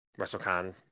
WrestleCon